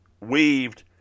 weaved